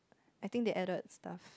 I think they added stuff